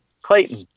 Clayton